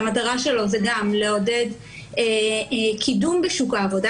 שהמטרה שלו הוא גם לעודד קידום בשוק העבודה.